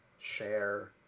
share